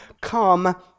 come